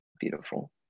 beautiful